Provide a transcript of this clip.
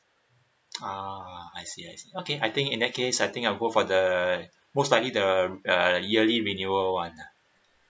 uh I see I see okay I think in that case I think I'll go for the most likely the uh yearly renewal [one] ah